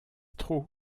trop